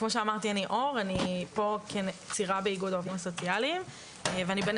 כמו שאמרתי אני אור אני פה כצעירה באיגוד הסוציאליים ואני בין